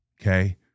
okay